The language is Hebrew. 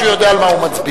שהוא יודע על מה הוא מצביע.